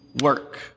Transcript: work